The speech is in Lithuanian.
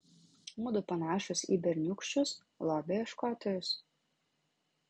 mudu panašūs į berniūkščius lobio ieškotojus